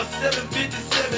757